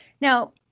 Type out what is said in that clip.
Now